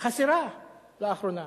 חסרה לאחרונה.